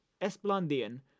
Esplandian